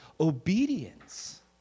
obedience